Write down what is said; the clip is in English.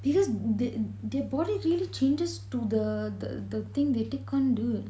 because the the body really changes to the the the thing they take on dude